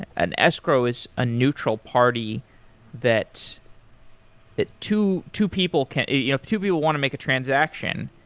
an escrow is a neutral party that that two two people can't you know if two people want to make a transaction,